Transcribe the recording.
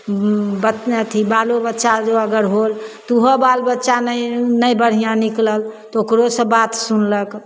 बच अथी बालो बच्चा जे अगर होएल तऽ ओहो बालबच्चा नहि नहि बढ़िआँ निकलल तऽ ओकरोसँ बात सुनलक